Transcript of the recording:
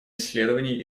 исследований